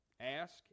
Ask